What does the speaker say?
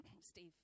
Steve